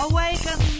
Awaken